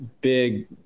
big